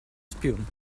spume